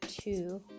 two